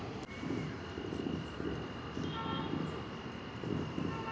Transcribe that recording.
तरलता दर्शवते की तुमची मालमत्ता किती प्रवेशयोग्य आहे